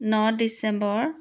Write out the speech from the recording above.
ন December